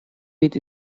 with